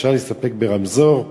אפשר להסתפק ברמזור,